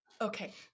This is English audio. Okay